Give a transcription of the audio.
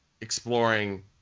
exploring